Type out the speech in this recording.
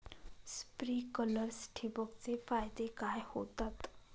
Sprinklers ठिबक चे फायदे काय होतात?